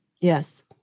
Yes